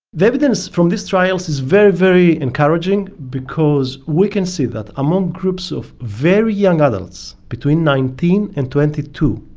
the evidence from this trial is very, very encouraging because we can see that among groups of very young adults, between nineteen and twenty two,